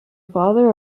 father